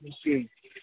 جی